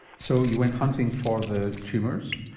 so you went hunting for the tumours?